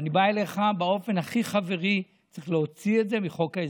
אני בא אליך באופן הכי חברי: צריך להוציא את זה מחוק ההסדרים.